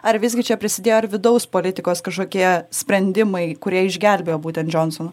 ar visgi čia prisidėjo ir vidaus politikos kažkokie sprendimai kurie išgelbėjo būtent džonsoną